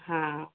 हां